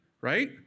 right